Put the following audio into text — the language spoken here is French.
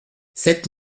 sept